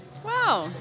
Wow